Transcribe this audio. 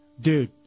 dude